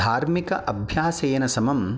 धार्मिक अभ्यासेन समम्